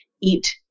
eat